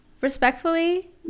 respectfully